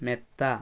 മെത്ത